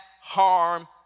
harm